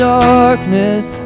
darkness